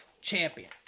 champion